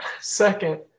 Second